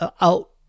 out